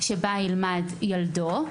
שבה ילמד ילדו,